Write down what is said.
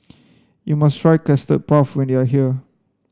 you must try custard puff when you are here